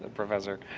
ah professor.